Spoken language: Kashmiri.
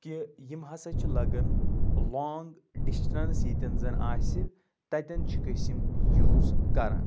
کہ یِم ہَسا چھِ لَگَان لونٛگ ڈِسٹَنٕس ییٚتٮ۪ن زَنہٕ آسہِ تَتٮ۪ن چھِکھ أسۍ یِم یوٗز کَران